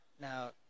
now